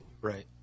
Right